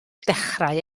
dechrau